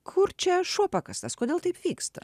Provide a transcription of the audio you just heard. kur čia šuo pakastas kodėl taip vyksta